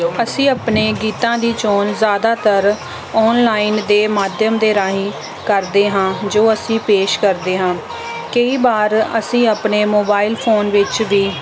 ਅਸੀਂ ਆਪਣੇ ਗੀਤਾਂ ਦੀ ਚੋਣ ਜ਼ਿਆਦਾਤਰ ਔਨਲਾਇਨ ਦੇ ਮਾਧਿਅਮ ਦੇ ਰਾਹੀਂ ਕਰਦੇ ਹਾਂ ਜੋ ਅਸੀਂ ਪੇਸ਼ ਕਰਦੇ ਹਾਂ ਕਈ ਵਾਰ ਅਸੀਂ ਆਪਣੇ ਮੋਬਾਇਲ ਫ਼ੋਨ ਵਿੱਚ ਵੀ